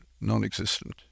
non-existent